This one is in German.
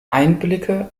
einblicke